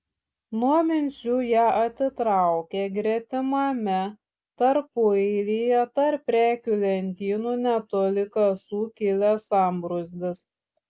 nuo minčių ją atitraukė gretimame tarpueilyje tarp prekių lentynų netoli kasų kilęs sambrūzdis